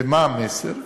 ומה המסר?